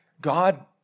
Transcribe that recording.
God